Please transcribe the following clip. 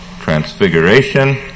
Transfiguration